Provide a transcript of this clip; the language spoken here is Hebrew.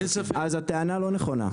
אז הטענה לא נכונה.